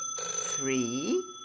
three